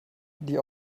die